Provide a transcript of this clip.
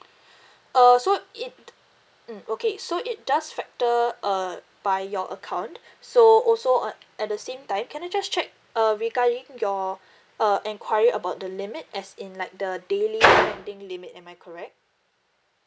uh so it mm okay so it does factor uh by your account so also at at the same time can I just check uh regarding your uh enquiry about the limit as in like the daily handling limit am I correct